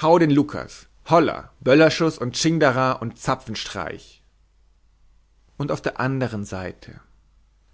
hau den lukas holla böllerschuß und tschingdara und zapfenstreich und auf der andern seite